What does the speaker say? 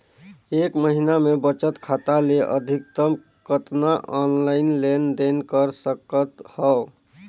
एक महीना मे बचत खाता ले अधिकतम कतना ऑनलाइन लेन देन कर सकत हव?